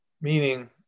Meaning